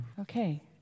Okay